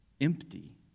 empty